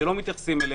לא מתייחסים אליהם.